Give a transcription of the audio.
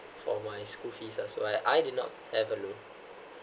for my school fees so I I did not have a loan